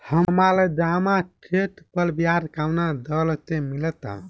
हमार जमा शेष पर ब्याज कवना दर से मिल ता?